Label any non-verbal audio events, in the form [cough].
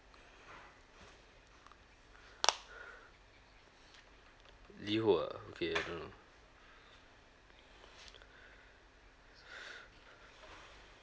liho ah okay I don't know [breath]